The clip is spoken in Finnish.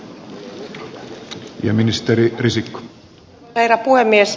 arvoisa herra puhemies